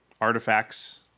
artifacts